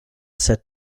set